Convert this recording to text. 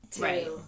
Right